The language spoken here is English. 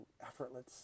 effortless